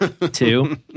two